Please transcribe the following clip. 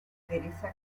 teresa